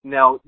Now